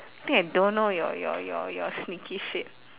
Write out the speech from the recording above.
think I don't know your your your your sneaky shit